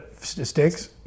Sticks